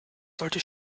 sollte